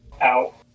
out